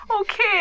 okay